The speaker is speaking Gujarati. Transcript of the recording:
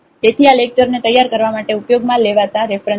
તેથી આ લેક્ચર ને તૈયાર કરવા માટે ઉપયોગમાં લેવાતા રેફરન્સ છે